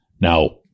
Now